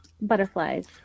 Butterflies